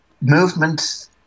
movement